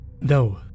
No